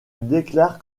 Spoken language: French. déclare